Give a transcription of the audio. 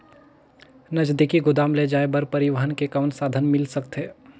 नजदीकी गोदाम ले जाय बर परिवहन के कौन साधन मिल सकथे?